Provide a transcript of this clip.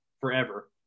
forever